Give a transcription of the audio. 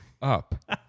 Up